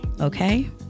Okay